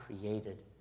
created